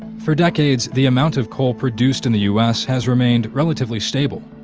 for decades, the amount of coal produced in the u s. has remained relatively stable,